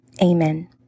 Amen